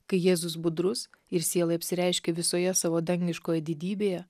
kai jėzus budrus ir sielai apsireiškia visoje savo dangiškoj didybėje